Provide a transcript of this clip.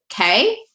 Okay